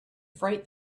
freight